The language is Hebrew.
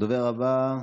הדוברת הבאה,